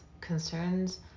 concerns